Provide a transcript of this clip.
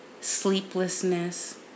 sleeplessness